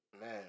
Man